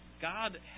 God